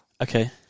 Okay